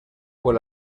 por